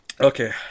Okay